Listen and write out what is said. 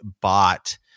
bought